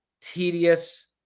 tedious